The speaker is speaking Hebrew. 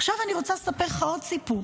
עכשיו אני רוצה לספר לך עוד סיפור.